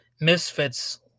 Misfits